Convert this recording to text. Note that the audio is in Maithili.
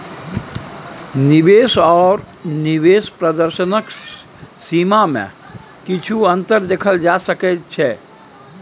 निवेश आओर निवेश प्रदर्शनक सीमामे किछु अन्तर देखल जा सकैत छै